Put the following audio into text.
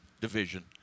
division